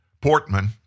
Portman